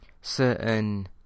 certain